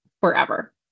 forever